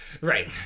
Right